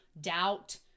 doubt